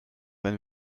wenn